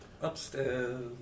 Upstairs